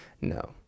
No